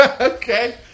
Okay